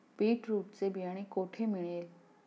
Beetroot चे बियाणे कोठे मिळेल?